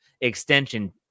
extension